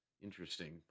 Interesting